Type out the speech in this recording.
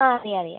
ആ അറിയാം അറിയാം